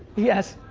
yes.